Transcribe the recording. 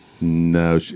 No